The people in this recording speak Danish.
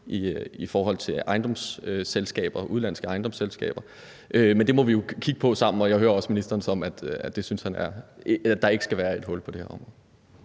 i forhold til udenlandske ejendomsselskaber. Men det må vi jo kigge på sammen. Og jeg hører også ministeren sådan, at der ikke skal være et hul på det her område.